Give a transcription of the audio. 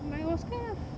but it was kind of